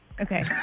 okay